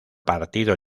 partido